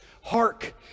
hark